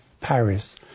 Paris